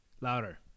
Louder